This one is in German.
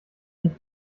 nicht